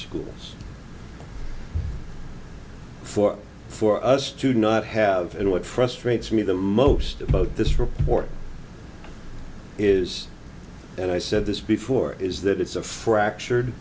rules for for us to not have and what frustrates me the most about this report is and i said this before is that it's a fractured